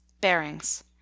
Bearings